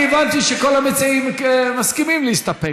אני הבנתי שכל המציעים מסכימים להסתפק.